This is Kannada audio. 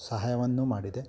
ಸಹಾಯವನ್ನು ಮಾಡಿದೆ